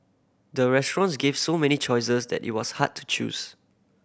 the restaurants gave so many choices that it was hard to choose